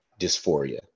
dysphoria